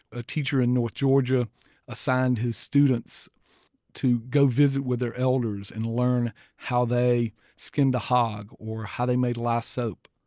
a teacher in north georgia assigned his students to go visit with their elders and learn how they skinned a hog or how they made lye soap.